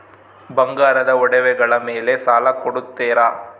ಬಂಗಾರದ ಒಡವೆಗಳ ಮೇಲೆ ಸಾಲ ಕೊಡುತ್ತೇರಾ?